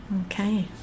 Okay